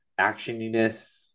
actioniness